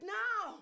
now